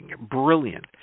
brilliant